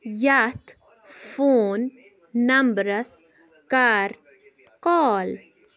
یتھ فون نمبرس کر کال